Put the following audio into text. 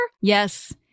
Yes